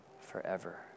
forever